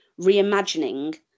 reimagining